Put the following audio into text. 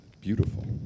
Beautiful